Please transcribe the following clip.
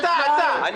סליחה, רגע.